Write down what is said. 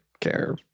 care